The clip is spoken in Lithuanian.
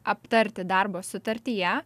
aptarti darbo sutartyje